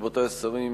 רבותי השרים,